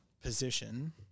position